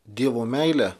dievo meilę